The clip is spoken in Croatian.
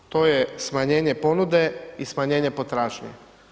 To je smanjenje ponude i smanjenje potražnje.